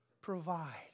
provide